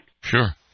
Sure